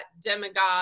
demagogue